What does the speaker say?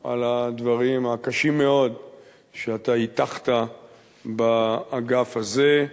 על הדברים הקשים מאוד שאתה הטחת באגף הזה.